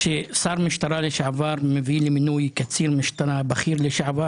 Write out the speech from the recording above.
כששר משטרה לשעבר מביא למינוי קצין משטרה בכיר לשעבר,